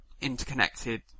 interconnected